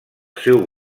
seu